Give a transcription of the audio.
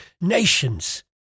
nations